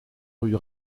rue